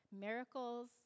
Miracles